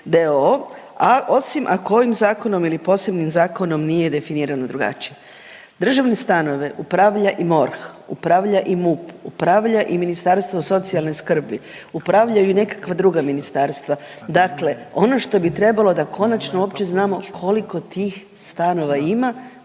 d.o.o., osim ako ovim zakonom ili posebnim zakonom nije definirano drugačije. Državne stanove upravlja i MORH, upravlja i MUP, upravlja i Ministarstvo socijalne skrbi, upravljaju i nekakva druga ministarstva. Dakle ono što bi trebalo da konačno uopće znamo koliko tih stanova ima,